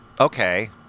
Okay